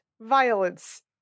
violence